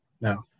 No